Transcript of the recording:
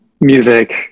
music